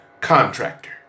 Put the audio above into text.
contractor